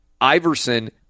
Iverson